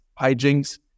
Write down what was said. hijinks